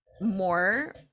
more